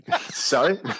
Sorry